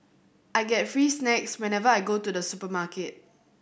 I get free snacks whenever I go to the supermarket